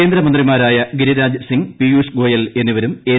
കേന്ദ്രമന്ത്രിമാരായ ഗിരിരാജ് സിങ്ങ് പീയൂഷ് ഗോയൽ എന്നിവരും എൻ